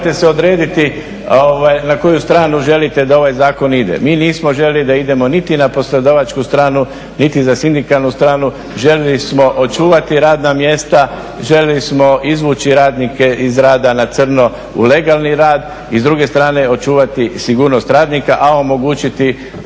morate se odrediti na koju stranu želite da ovaj zakon ide. Mi nismo željeli da idemo niti na poslodavačku stranu niti na sindikalnu stranu, željeli smo očuvati radna mjesta, željeli smo izvući radnike iz rada na crno u legalni rad i s druge strane osigurati sigurnost radnika, a omogućiti